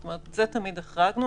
זה תמיד החרגנו,